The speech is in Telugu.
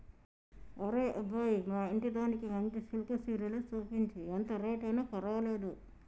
ఒరే అబ్బాయి మా ఇంటిదానికి మంచి సిల్కె సీరలు సూపించు, ఎంత రేట్ అయిన పర్వాలేదు